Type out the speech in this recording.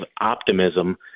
optimism